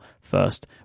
first